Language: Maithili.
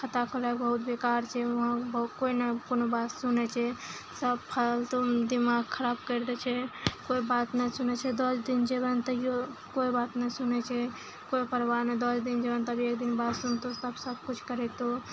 खता खोलैब बहुत बेकार छै वहाँ कोइ ने कोनो बात सुनै छै सब फालतूमे दिमाग खराब करि दै छै कोइ बात नहि सुनै छै दस दिन जेबैनि तइयो कोइ बात नहि सुनै छै कोइ परवाह नहि दस दिन जेबैनि तब एक दिन बात सुनतौ सब सबकिछु करेतौ